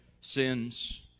sins